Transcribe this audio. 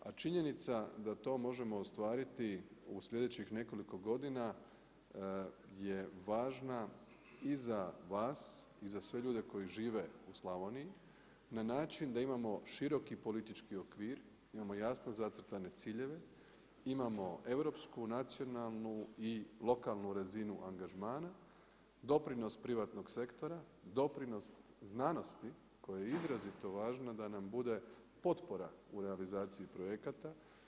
A činjenica da to možemo ostvariti u sljedećih nekoliko godina je važna i za vas i za sve ljude koje žive u Slavoniji, na način da imamo široki politički okvir, imamo jasno zacrtane ciljeve, imamo europsku, nacionalnu i lokalnu razinu angažmana, doprinos privatnog sektora, doprinos znanosti koja je izrazito važna da nam bude potpora u realizaciji projekata.